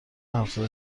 هفتاد